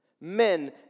Men